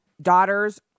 daughters